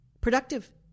productive